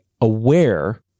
aware